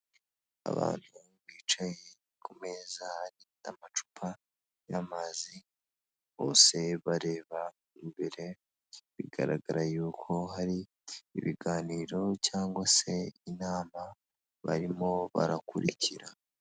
Abantu bicaye ku meza hari amacupa y'amazi bose bareba imbere bigaragara yuko hari ibiganiro cyangwa se inama barimo barakurikira.